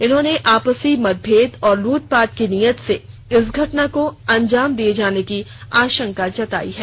उन्होंने आपसी मतभेद और लूटपाट की नीयत से घटना को अंजाम दिये जाने की आशंका जतायी है